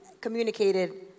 communicated